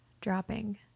dropping